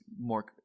more